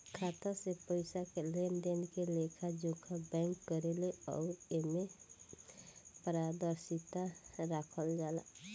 खाता से पइसा के लेनदेन के लेखा जोखा बैंक करेले अउर एमे पारदर्शिता राखल जाला